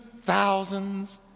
thousands